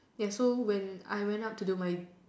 ya so when I went up to the my